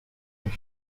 uko